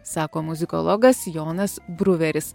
sako muzikologas jonas bruveris